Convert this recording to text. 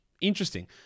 Interesting